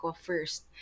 first